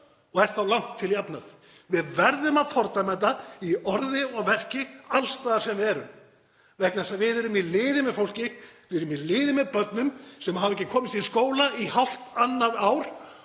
og er þá langt til jafnað. Við verðum að fordæma þetta í orði og verki alls staðar sem við erum vegna þess að við erum í liði með fólki. Við erum í liði með börnum sem hafa ekki komist í skóla í hálft annað ár